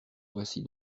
voilà